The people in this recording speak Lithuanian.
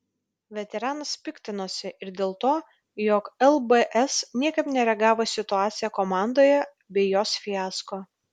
veteranas piktinosi ir dėl to jog lbs niekaip nereagavo į situaciją komandoje bei jos fiasko